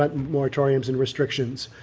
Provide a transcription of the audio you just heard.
but moratoriums and restrictions?